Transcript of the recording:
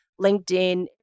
LinkedIn